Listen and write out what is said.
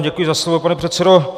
Děkuji za slovo, pane předsedo.